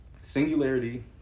Singularity